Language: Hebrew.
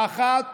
האחת,